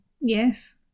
Yes